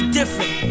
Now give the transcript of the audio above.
different